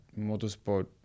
motorsport